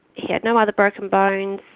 he had no other broken bones.